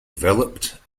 developed